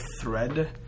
thread